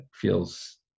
feels